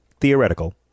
theoretical